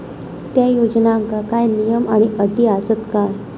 त्या योजनांका काय नियम आणि अटी आसत काय?